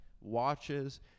watches